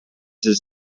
his